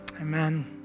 Amen